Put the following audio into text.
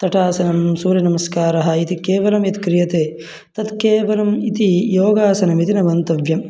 तटासनं सूर्यनमस्कारः इति केवलं यत् क्रियते तत्केवलम् इति योगासनमिति न मन्तव्यम्